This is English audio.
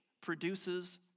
produces